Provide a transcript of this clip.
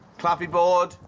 clappy board.